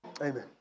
Amen